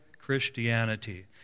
Christianity